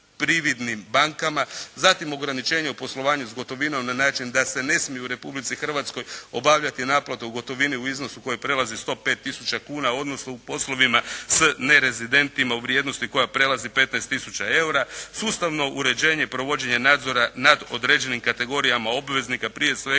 prividnim bankama. Zatim ograničenje u poslovanju s gotovinom na način da se ne smiju u Republici Hrvatskoj obavljaju naplate u gotovini u iznosu koji prelazi 105 tisuća kuna odnosno u poslovima s nerezidentima u vrijednosti koja prelazi 15 tisuća eura, sustavno uređenje i provođenje nadzora nad određenim kategorijama obveznika, prije sveg